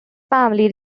family